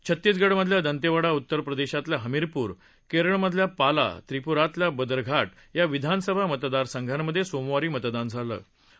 छत्तीगडमधल्या दंतेवाडा उत्तरप्रदेशातल्या हमीरपूर केरळमधल्या पाला त्रिपूरातल्या बदरघाट या विधानसभा मतदारसंघांमधे सोमवारी मतदान झालं होतं